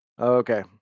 Okay